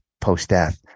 post-death